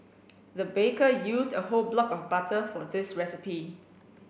the baker used a whole block of butter for this recipe